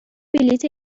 بلیط